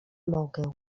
mogę